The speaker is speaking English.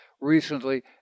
recently